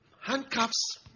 Handcuffs